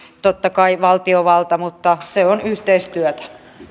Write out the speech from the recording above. totta kai valtiovalta mutta se on yhteistyötä